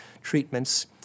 treatments